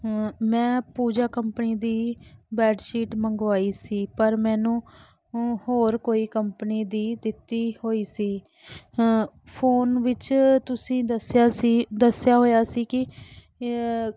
ਮੈਂ ਪੂਜਾ ਕੰਪਨੀ ਦੀ ਬੈਡਸ਼ੀਟ ਮੰਗਵਾਈ ਸੀ ਪਰ ਮੈਨੂੰ ਹੋਰ ਕੋਈ ਕੰਪਨੀ ਦੀ ਦਿੱਤੀ ਹੋਈ ਸੀ ਫੋਨ ਵਿੱਚ ਤੁਸੀਂ ਦੱਸਿਆ ਸੀ ਦੱਸਿਆ ਹੋਇਆ ਸੀ ਕਿ